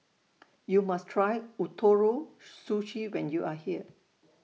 YOU must Try Ootoro Sushi when YOU Are here